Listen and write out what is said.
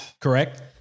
Correct